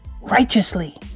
Righteously